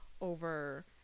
over